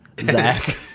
Zach